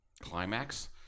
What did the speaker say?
Climax